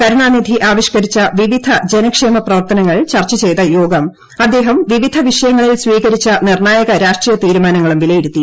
കരുണാനിധി ആവിഷ്കരിച്ച വിവിധ ജനക്ഷേമ പ്രവർത്തനങ്ങൾ ചർച്ച ചെയ്ത യോഗം അദ്ദേഹം വിവിധ വിഷയങ്ങളിൽ സ്വീകരിച്ച നിർണായക രാഷ്ട്രീയ തീരുമാനങ്ങളും വിലയിരുത്തി